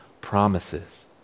promises